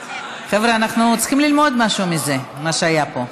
חבר'ה, אנחנו צריכים ללמוד משהו מזה, ממה שהיה פה.